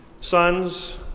sons